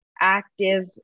active